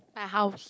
my house